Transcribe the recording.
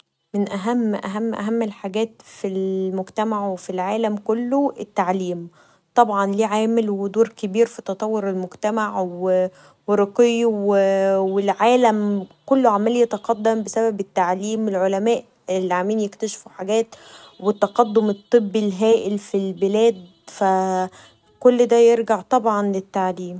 من اهم اهم اهم الحاجات في المجتمع و في العالم كله التعليم طبعا له عامل و دور كبير في تطور المجتمع و رقيه و العالم كله عمال يتقدم بسبب التعليم ، العلماء اللي عمالين يكتشفوا حاجات و التقدم الطبي الهائل في البلاد كل دا يرجع طبعا للتعليم.